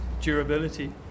durability